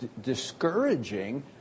discouraging